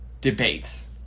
debates